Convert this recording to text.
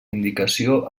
indicació